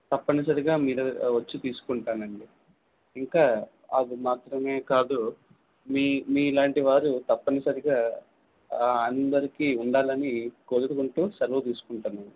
తప్పనిసరిగా మీరే వచ్చి తీసుకుంటాను అండి ఇంకా అవి మాత్రమే కాదు మీ మీలాంటి వారు తప్పనిసరిగా అందరికీ ఉండాలని కోరుకుంటూ సెలవు తీసుకుంటాను